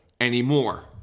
anymore